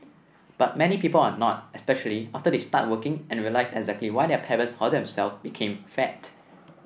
but many people are not especially after they start working and realise exactly why their parents or themselves became fat